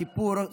כיפור,